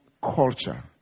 culture